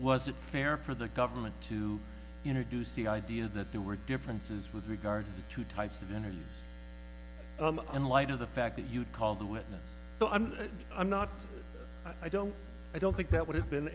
was it fair for the government to introduce the idea that there were differences with regard to types of interviews and light of the fact that you called the witness so i'm i'm not i don't i don't think that would have been